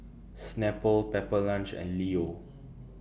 Snapple Pepper Lunch and Leo